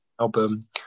album